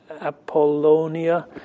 Apollonia